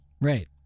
Right